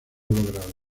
logrado